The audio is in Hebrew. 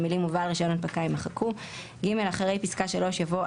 המילים "ובעל רישיון הנפקה" - יימחקו; אחרי פסקה (3) יבוא: